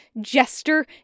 Jester